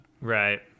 Right